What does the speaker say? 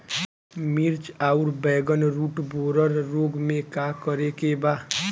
मिर्च आउर बैगन रुटबोरर रोग में का करे के बा?